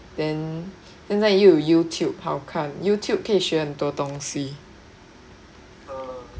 then 现在又有 YouTube 好看 YouTube 可以学很多东西